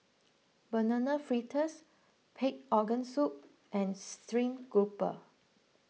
Banana Fritters Pig Organ Soup and Stream Grouper